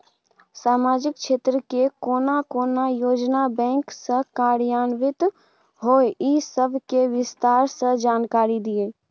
सामाजिक क्षेत्र के कोन कोन योजना बैंक स कार्यान्वित होय इ सब के विस्तार स जानकारी दिय?